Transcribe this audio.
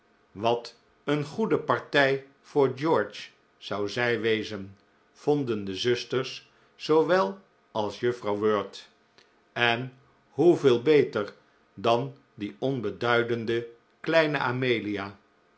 wat een goede partij voor george zou zij wezen vonden de zusters zoowel als juffrouw wirt en hoe veel beter dan die onbeduidende kleine amelia